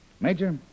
Major